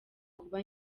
kuba